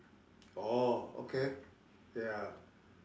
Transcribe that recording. orh okay ya